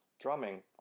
drumming